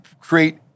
create